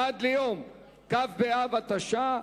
עד ליום כ' באב התש"ע,